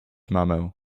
mamę